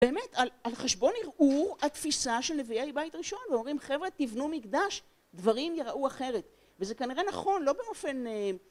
באמת על חשבון ערעור התפיסה של נביאי בית ראשון, אומרים חבר'ה תיבנו מקדש דברים יראו אחרת וזה כנראה נכון לא באופן